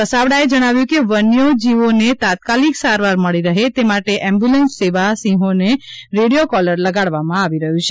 વસાવડાએ જણાવ્યું કે વન્યો જીવોને તાત્કાલિક સારવાર મળી રહે તે માટે એમ્બ્યૂલન્સ સેવા સિંહોને રેડિયો કોલર લગાડવામાં આવ્યા છે